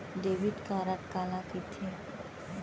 Debit card काला कहिथे?